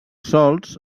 solts